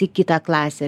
į kitą klasę